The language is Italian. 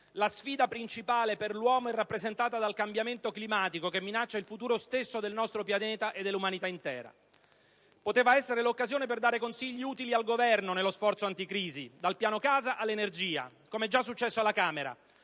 «la sfida principale è rappresentata dal cambiamento climatico che minaccia il futuro stesso del nostro pianeta e dell'umanità intera». Poteva essere l'occasione per dare consigli utili al Governo nello sforzo anticrisi, dal piano casa all'energia, come è successo alla Camera,